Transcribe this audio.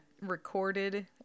recorded